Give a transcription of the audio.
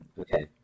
Okay